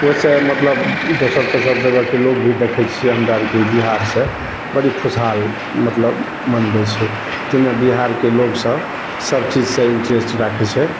दोसर मतलब दोसर तेसर जगह के लोग भी देखै छियै हमरा आर के बिहार सए बड़ी खुशहाल मतलब मनबै छै अइ मे बिहार के लोग सब सब चीज सऽ इन्टरेस्ट राखै छै